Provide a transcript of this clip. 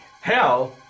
Hell